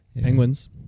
Penguins